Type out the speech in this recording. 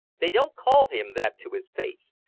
they don't call him that to his face,